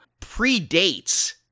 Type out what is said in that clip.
predates